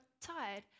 tired